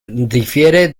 difiere